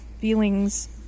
feelings